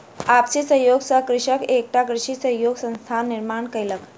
आपसी सहयोग सॅ कृषक एकटा कृषि सहयोगी संस्थानक निर्माण कयलक